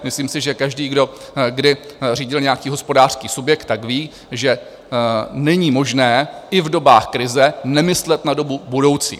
Myslím si, že každý, kdo kdy řídil nějaký hospodářský subjekt, tak ví, že není možné i v dobách krize nemyslet na dobu budoucí.